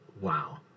Wow